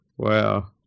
Wow